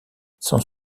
sans